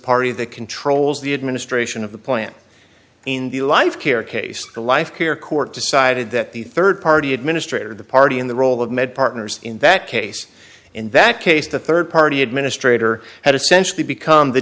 party that controls the administration of the plan in the life care case the life care court decided that the rd party administrator of the party in the role of med partners in that case in that case the rd party administrator had essentially become the